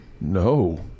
No